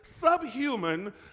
subhuman